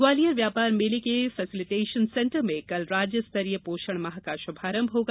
ग्वालियर व्यापार मेले के फेसिलिटेशन सेंटर में कल राज्य स्तरीय पोषण माह का शुभारंभ होगा